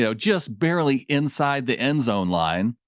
so just barely inside the end zone line.